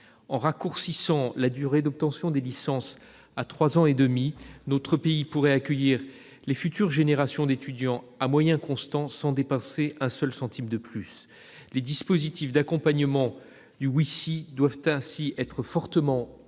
En raccourcissant la durée d'obtention des licences à trois ans et demi, notre pays pourrait accueillir les futures générations d'étudiants à moyens constants, sans dépenser un seul centime de plus. Les dispositifs d'accompagnement « oui, si » doivent ainsi être fortement encouragés,